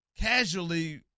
casually